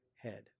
head